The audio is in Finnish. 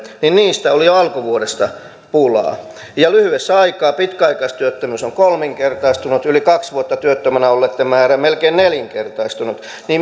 oli jo alkuvuodesta pulaa ja lyhyessä ajassa pitkäaikaistyöttömyys on kolminkertaistunut yli kaksi vuotta työttömänä olleitten määrä melkein nelinkertaistunut joten